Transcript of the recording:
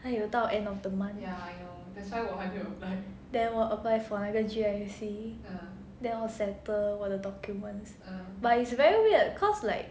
还有到 then 我 apply for 那个 G_I_C then 我 settle 我的 documents but is very weird cause like